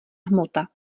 hmota